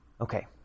Okay